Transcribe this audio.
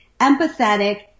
empathetic